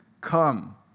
Come